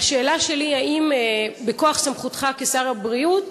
והשאלה שלי: מכוח סמכותך כשר הבריאות,